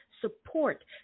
support